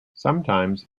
sometimes